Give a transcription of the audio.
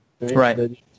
Right